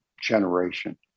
generation